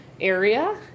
area